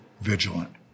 vigilant